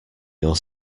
your